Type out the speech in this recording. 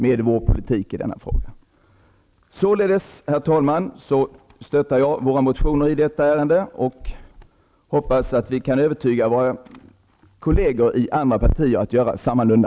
Med vår politik i denna fråga anser jag att även den minskar. Herr talman! Jag stöder våra motioner i detta ärende och hoppas att vi kan övertyga våra kolleger i andra partier att göra detsamma.